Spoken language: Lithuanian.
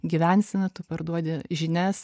gyvenseną tu parduodi žinias